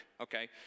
okay